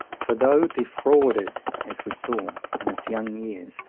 for though defrauded, as we saw, in his young years,